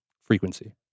frequency